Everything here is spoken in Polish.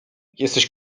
jesteś